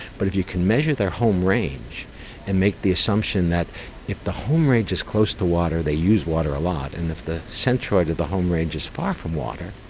but if you can measure their home range and make the assumption that if the home range is close to water they use water a lot, and if the centroid of the home range is far from water,